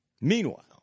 meanwhile